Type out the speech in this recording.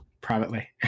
privately